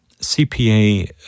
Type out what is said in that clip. CPA